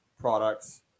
products